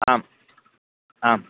आम् आम्